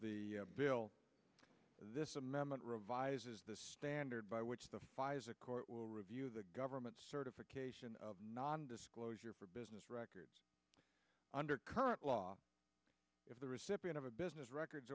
the bill this amendment revises the standard by which the pfizer court will review the government's certification of non disclosure for business records under current law if the recipient of a business records